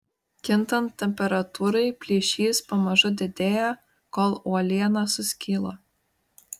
kintant temperatūrai plyšys pamažu didėja kol uoliena suskyla